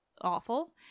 awful